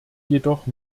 jedoch